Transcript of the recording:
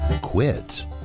quit